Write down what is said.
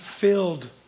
filled